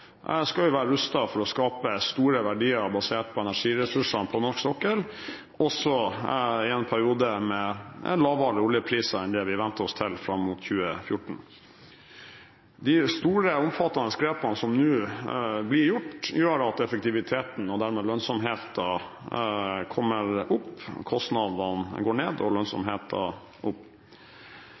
skal jo være rustet til å skape store verdier basert på energiressursene på norsk sokkel, også i en periode med lavere oljepriser enn det vi vente oss til fram mot 2014. De store, omfattende grepene som nå blir gjort, gjør at effektiviteten og dermed lønnsomheten kommer opp – kostnadene går ned og lønnsomheten opp.